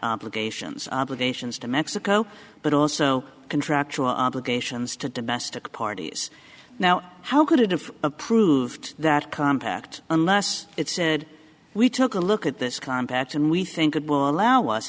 sions obligations to mexico but also contractual obligations to domestic parties now how could it have approved that compact unless it said we took a look at this compact and we think it will allow us